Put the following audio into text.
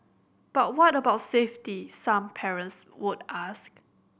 but what about safety some parents would ask